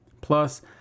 Plus